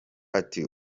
ati